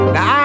Now